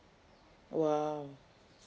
!wow!